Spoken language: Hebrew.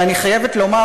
אבל אני חייבת לומר,